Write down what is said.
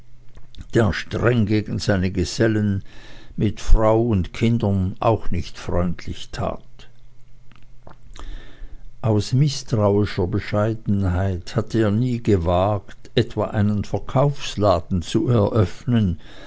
der streng gegen seine gesellen mit frau und kindern auch nicht freundlich tat aus mißtrauischer bescheidenheit hatte er nie gewagt etwa einen verkaufsladen zu eröffnen